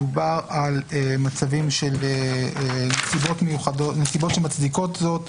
דובר על מצבים של נסיבות שמצדיקות זאת,